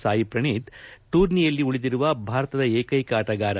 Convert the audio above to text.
ಸಾಯಿ ಪ್ರಣೀತ್ ಟೂರ್ನಿಯಲ್ಲಿ ಉಳಿದಿರುವ ಭಾರತದ ಏಕೈಕ ಆಟಗಾರ